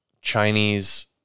Chinese